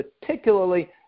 particularly